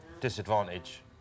disadvantage